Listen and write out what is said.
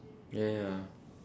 ya ya